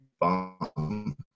bomb